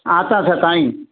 आतां सकाळीं